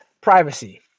privacy